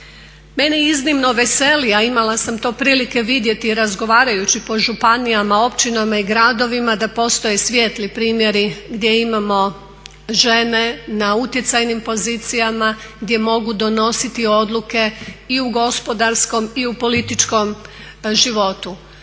Mene iznimno veseli a imala sam to prilike vidjeti i razgovarajući po županijama, općinama i gradovima da postoje svijetli primjeri gdje imamo žene na utjecajnim pozicijama gdje mogu donositi odluke i u gospodarskom i u političkom životu.